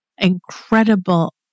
incredible